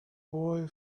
boy